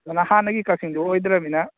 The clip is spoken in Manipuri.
ꯑꯗꯨꯅ ꯍꯥꯟꯅꯒꯤ ꯀꯛꯆꯤꯡꯗꯨ ꯑꯣꯏꯗ꯭ꯔꯃꯤꯅ